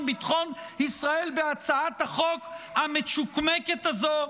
ביטחון ישראל בהצעת החוק המצ'וקמקת הזאת,